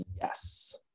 Yes